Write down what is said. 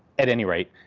at any rate,